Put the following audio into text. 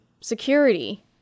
security